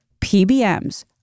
PBMs